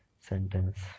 sentence